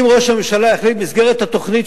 אם ראש הממשלה יחליט במסגרת התוכנית